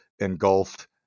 Engulfed